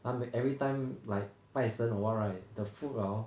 她每 everytime like 拜神 or what right the food hor